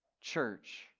church